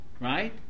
right